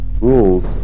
rules